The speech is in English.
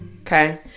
Okay